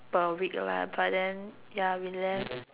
per week lah but then ya we left